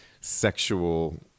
sexual